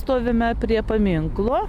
stovime prie paminklo